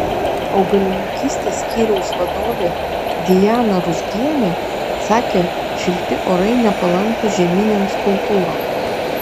augalininkystės skyriaus vadovė dijana ruzgienė sakė šilti orai nepalankūs žieminėms kultūroms